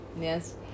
Yes